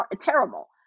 terrible